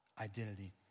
Identity